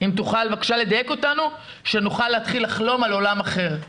אם תוכל בבקשה לדייק אותנו שנוכל להתחיל לחלום על עולם אחר.